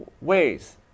ways